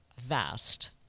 vast